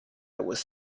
was